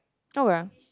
oh well